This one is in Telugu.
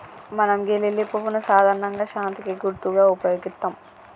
మనం గీ లిల్లీ పువ్వును సాధారణంగా శాంతికి గుర్తుగా ఉపయోగిత్తం